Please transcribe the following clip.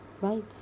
right